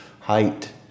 height